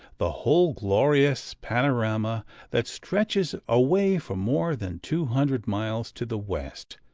the whole glorious panorama that stretches away for more than two hundred miles to the west,